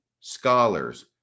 scholars